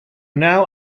now